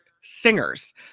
singers